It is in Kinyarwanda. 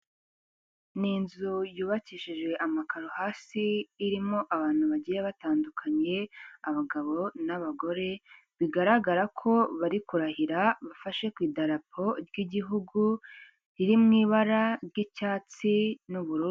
Ni inzu yubakishijeje amakaro hasi irimo abantu bagiye batandukanye, abagabo n'abagore. Bigaragara ko bari kurahira bafashe ku idarapo ry'igihugu riri mu ibara ry'icyatsi n'ubururu.